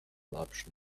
option